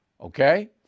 okay